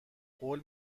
قول